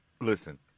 listen